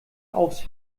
aufs